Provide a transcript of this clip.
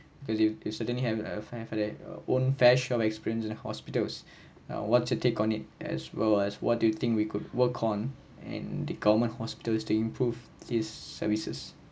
because you you suddenly have a fair for that own fair share of experiences in hospitals ah what's your take on it as well as what do you think we could work on and the government hospitals to improve this services